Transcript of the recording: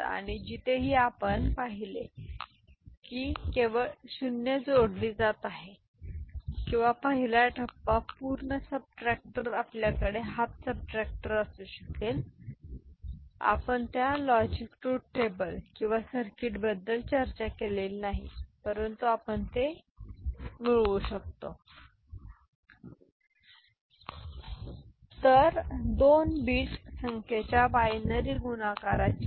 आणि जिथेही आपण पाहिले आहे की केवळ 0 जोडली जात आहे किंवा पहिला टप्पा पूर्ण सबट्रॅक्टर आपल्याकडे हाफ सबट्रॅक्टर असू शकेल आपण त्या लॉजिक ट्रुथ टेबल किंवा सर्किटबद्दल चर्चा केलेली नाही परंतु आपण ते मिळवू शकतो ठीक आहे So with this we come to the conclusion of